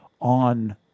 on